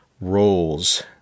roles